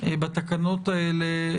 בתקנות האלה,